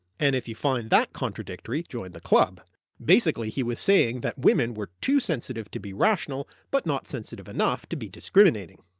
and if you find that contradictory, join the club basically he was saying that women were too sensitive to be rational, but not sensitive enough to be discriminating.